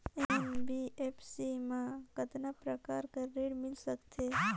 NBFC मा कतना प्रकार कर ऋण मिल सकथे?